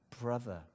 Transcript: brother